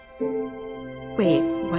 Wait